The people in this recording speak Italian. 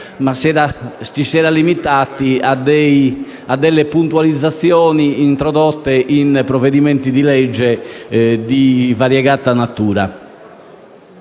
Ci si è limitati ad alcune puntualizzazioni introdotte in provvedimenti di legge di variegata natura.